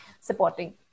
supporting